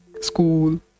school